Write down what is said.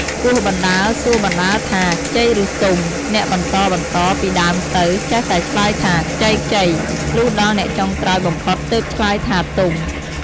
គោះបណ្តើរសួរបណ្តើរថា ខ្ចី ឬ ទុំ? អ្នកបន្តៗ ពីដើមទៅ ចេះតែឆ្លើយថាខ្ចីៗ លុះដល់អ្នកចុងក្រោយបំផុតទើបឆ្លើយថាទុំ។